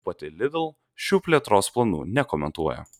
pati lidl šių plėtros planų nekomentuoja